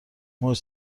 موج